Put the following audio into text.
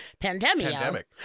pandemic